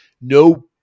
no